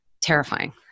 terrifying